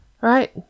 Right